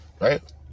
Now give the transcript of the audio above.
right